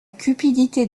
cupidité